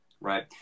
right